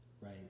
Right